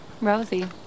Rosie